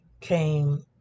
came